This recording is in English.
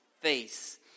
face